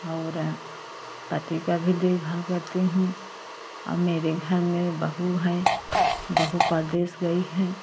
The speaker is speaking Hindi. और पति का भी देखभाल करती हूँ और मेरे घर में बहु है बहु परदेस गई है